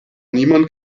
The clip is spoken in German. niemand